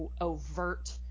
overt